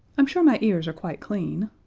i'm sure my ears are quite clean,